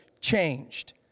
changed